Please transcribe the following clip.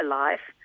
life